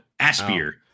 aspire